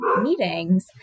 meetings